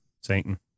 Satan